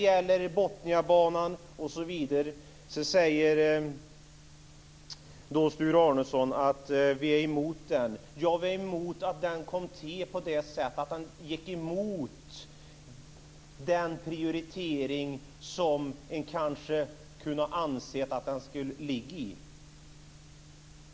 Sedan säger Sture Arnesson att vi är emot Botniabanan. Ja, vi är emot att den kom till på det sättet att man gick emot den prioritering som man kanske kunde ha ansett att den skulle haft.